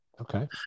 Okay